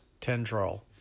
tendril